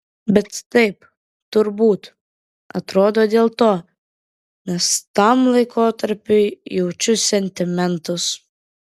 bet taip turbūt atrodo dėl to nes tam laikotarpiui jaučiu sentimentus